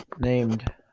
named